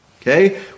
okay